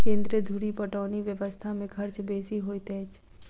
केन्द्र धुरि पटौनी व्यवस्था मे खर्च बेसी होइत अछि